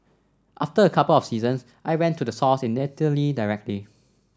after a couple of seasons I went to the source in Italy directly